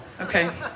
Okay